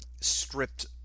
stripped